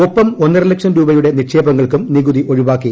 ഒപ്പം ഒന്നരലക്ഷം രൂപയുടെ നിക്ഷേപങ്ങൾക്കും നികുതി ഒഴിവാക്കി